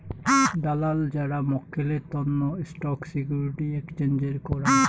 দালাল যারা মক্কেলের তন্ন স্টক সিকিউরিটি এক্সচেঞ্জের করাং